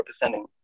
representing